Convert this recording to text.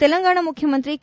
ತೆಲಂಗಾಣ ಮುಖ್ಯಮಂತ್ರಿ ಕೆ